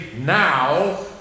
now